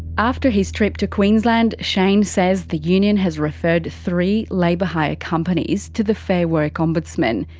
after his trip to queensland, shane says the union has referred three labour hire companies to the fair work ombudsman,